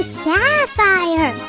sapphire